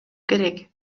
керек